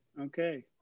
Okay